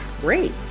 Great